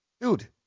dude